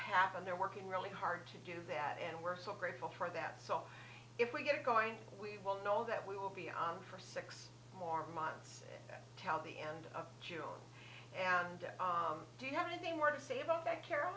happen they're working really hard to do that and we're so grateful for that so if we get it going we will know that we will be on for six more months now the end of june and on do you have anything more to say about that carol